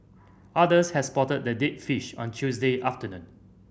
others had spotted the dead fish on Tuesday afternoon